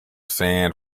sand